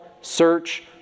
search